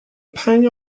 pang